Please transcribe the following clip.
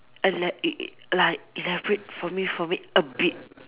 ela~ e~ like elaborate for me for me a bit